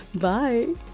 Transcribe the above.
Bye